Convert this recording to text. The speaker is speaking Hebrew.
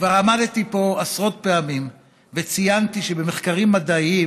כבר עמדתי פה עשרות פעמים וציינתי שבמחקרים מדעיים